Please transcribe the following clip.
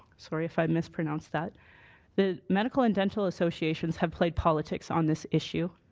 sorry if i mispronounced. that the medical and dental associations have played politics on this issue.